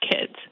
kids